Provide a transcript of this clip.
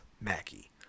Mackie